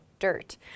Dirt